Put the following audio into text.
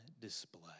display